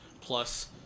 plus